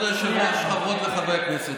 חברות וחברי הכנסת,